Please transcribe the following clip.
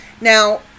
Now